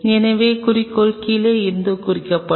எனவே குறிக்கோள் கீழே இருந்து குறிக்கப்படும்